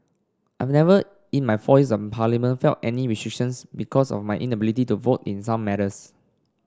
I've never in my four years in Parliament felt any restrictions because of my inability to vote in some matters